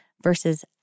versus